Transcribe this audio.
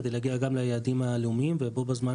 כדי להגיע גם ליעדים הלאומיים ובו בזמן